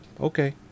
okay